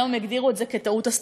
היום הם הגדירו את זה כטעות אסטרטגית.